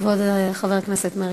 כבוד חבר הכנסת מרגי.